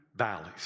valleys